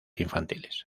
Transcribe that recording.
infantiles